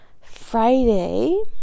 Friday